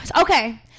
okay